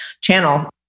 channel